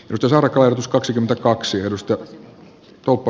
petrarca kaksikymmentäkaksi edustaa koko